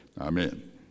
Amen